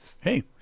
Hey